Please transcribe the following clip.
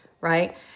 Right